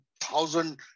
thousand